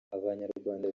abanyarwanda